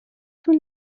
for